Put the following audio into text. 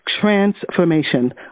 transformation